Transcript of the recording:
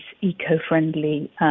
eco-friendly